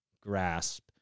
grasp